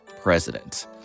president